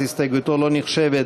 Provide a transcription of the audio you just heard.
אז הסתייגותו לא נחשבת,